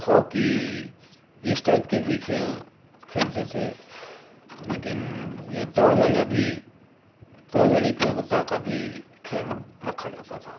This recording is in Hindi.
हॉकी इस टाइप के भी खेल खेलते थे लेकिन ये दौड़ वाला भी दौड़ वाली प्रतियोगिता का भी खेल रखा जाता था